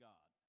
God